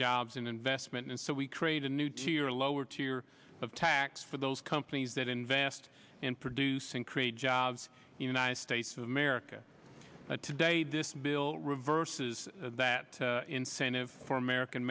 jobs and investment and so we created a new tier a lower tier of tax for those companies that invest in producing create jobs united states of america today this bill reverses that incentive for american